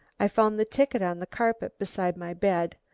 i found the ticket on the carpet beside my bed.